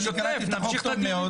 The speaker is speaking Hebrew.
וקראתי את החוק טוב מאוד.